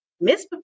Miss